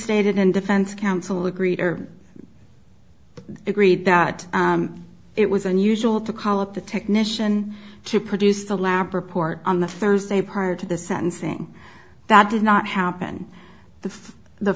stated and defense counsel agreed or agreed that it was unusual to call up the technician to produce the lab report on the thursday prior to the sentencing that did not happen the the